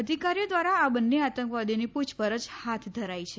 અધિકારીઓ દ્વારા આ બંને આતંકવાદીઓની પૂછપરછ હાથ ધરાઇ છે